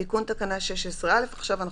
עכשיו,